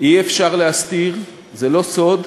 שאי-אפשר להסתיר, זה לא סוד,